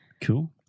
cool